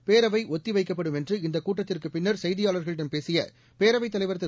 பேரவை ஒத்தி வைக்கப்படும் என்று இந்தக் கூட்டத்திற்குப் பின்னர் செய்தியாளர்களிடம் பேசிய பேரவைத் தலைவர் திரு